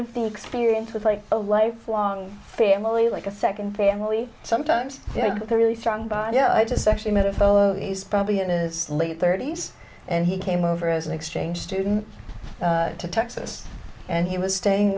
of the experience with like a lifelong family like a second family sometimes a really strong badia i just actually met a fellow is probably in his late thirty's and he came over as an exchange student to texas and he was staying